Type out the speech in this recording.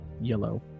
yellow